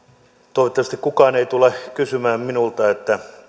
toivottavasti kukaan ei tule kysymään minulta